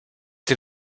est